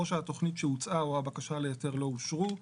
או שהתכנית שהוצעה או הבקשה להיתר לא אושרו.